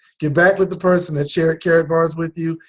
get back with the person that shared karatbars with you.